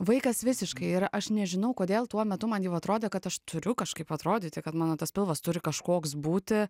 vaikas visiškai ir aš nežinau kodėl tuo metu man jau atrodė kad aš turiu kažkaip atrodyti kad mano tas pilvas turi kažkoks būti